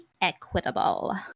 equitable